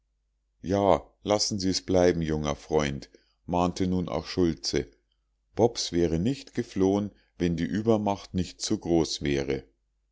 ja lassen sie's bleiben junger freund mahnte nun auch schultze bobs wäre nicht geflohen wenn die übermacht nicht zu groß wäre